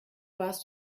warst